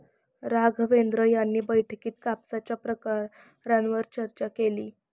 राघवेंद्र यांनी बैठकीत कापसाच्या प्रकारांवर चर्चा केली